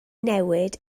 newid